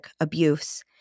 abuse